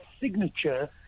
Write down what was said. Signature